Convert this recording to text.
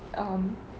um